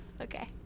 Okay